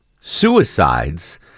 suicides